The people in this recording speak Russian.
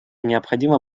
необходимо